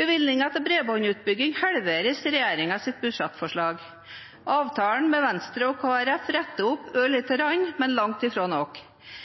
Bevilgningene til bredbåndsutbygging halveres i regjeringens budsjettforslag. Avtalen med Venstre og Kristelig Folkeparti retter opp